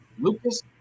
Lucas